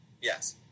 Yes